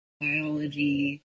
biology